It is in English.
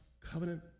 covenant